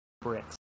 bricks